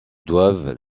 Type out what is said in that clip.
doivent